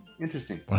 Interesting